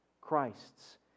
Christ's